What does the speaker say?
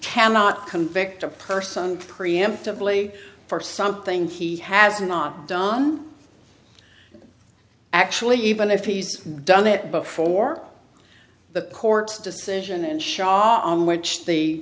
cannot convict a person preemptively for something he has not done actually even if he's done that before the court's decision and shot on which the